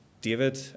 David